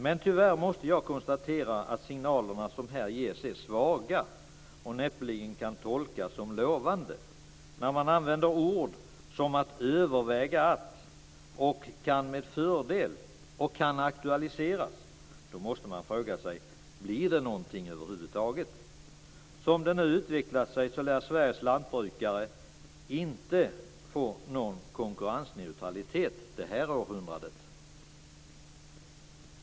Men tyvärr måste jag konstatera att de signaler som här ges är svaga och näppeligen kan tolkas som lovande när man använder ord som att överväga att, kan med fördel och kan aktualiseras, då måste man fråga sig: Blir det någonting över huvud taget? Som det nu utvecklar sig lär Sveriges lantbrukare inte få någon konkurrensneutralitet det här århundradet.